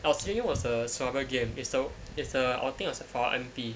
our second game was a survival game it's so it's uh I think it was for our M_P